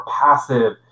passive